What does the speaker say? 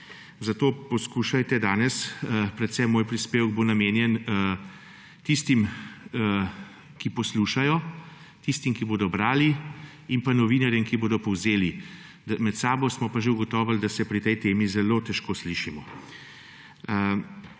Zato poskušajte danes, predvsem prispevek bo namenjen tistim, ki poslušajo, tistim, ki bodo brali in novinarjem, ki bodo povzeli. Med seboj smo pa že ugotovili, da se pri tej temi zelo težko slišimo.